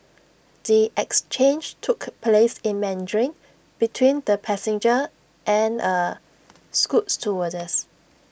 the exchange took place in Mandarin between the passenger and A scoot stewardess